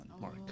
Mark